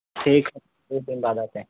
ठीक है एक दिन बाद आते हैं